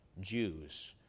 Jews